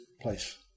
place